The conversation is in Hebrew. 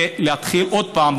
ועוד פעם,